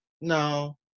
no